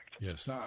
Yes